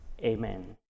Amen